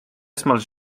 esmalt